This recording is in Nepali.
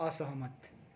असहमत